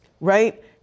Right